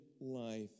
life